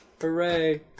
Hooray